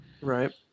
Right